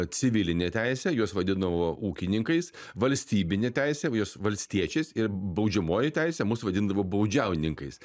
civilinė teisė juos vadindavo ūkininkais valstybinė teisė juos valstiečiais ir baudžiamoji teisė mus vadindavo baudžiauninkais